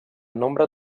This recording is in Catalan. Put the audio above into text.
nombre